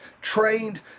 trained